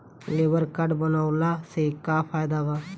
Labour card बनवाला से का फायदा बा?